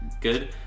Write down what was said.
good